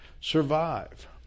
survive